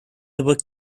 river